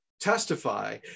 testify